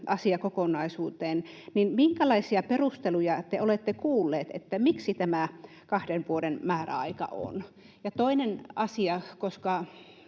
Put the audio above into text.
asiakokonaisuuteen, niin minkälaisia perusteluja te olette kuulleet, että miksi tämä kahden vuoden määräaika on. Ja toinen asia, koska